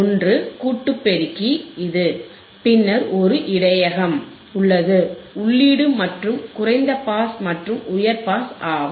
1 கூட்டிப் பெருக்கி இது பின்னர் ஒரு இடையகம் உள்ளது உள்ளீடு மற்றும் குறைந்த பாஸ் மற்றும் உயர் பாஸ் ஆகும்